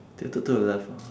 tilted to the left ah